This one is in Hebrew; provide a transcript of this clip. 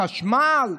חשמל.